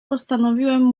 postanowiłem